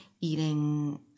eating